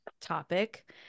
topic